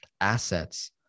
assets